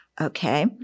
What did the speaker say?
Okay